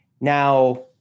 now